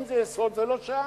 אם זה יסוד, זה לא שעה.